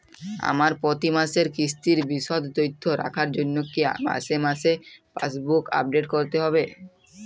আমার প্রতি মাসের কিস্তির বিশদ তথ্য রাখার জন্য কি মাসে মাসে পাসবুক আপডেট করতে হবে?